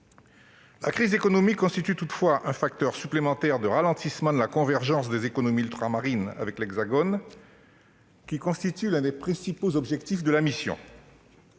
La crise économique constitue néanmoins un facteur supplémentaire de ralentissement de la convergence des économies ultramarines avec l'Hexagone, l'un des principaux objectifs, je le